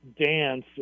dance